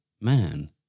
man